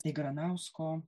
tai granausko